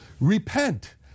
Repent